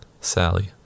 Sally